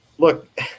Look